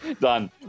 Done